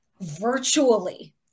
virtually